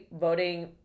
voting